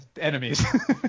enemies